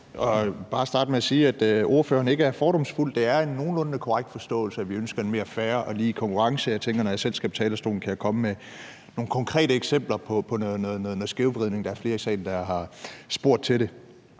vil bare starte med at sige, at ordføreren ikke er fordomsfuld. Det er en nogenlunde korrekt forståelse, at vi ønsker en mere fair og lige konkurrence. Og jeg tænker, at når jeg selv skal på talerstolen, kan jeg komme med nogle konkrete eksempler på noget skævvridning – der er flere i salen, der har spurgt til det.